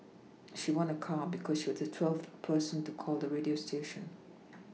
she won a car because she was the twelfth person to call the radio station